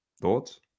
Thoughts